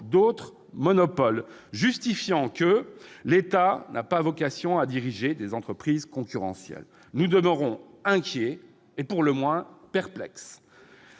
d'autres monopoles, celui-ci estimant que « l'État n'a pas vocation à diriger des entreprises concurrentielles ». Nous demeurons inquiets, et pour le moins perplexes.